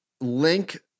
link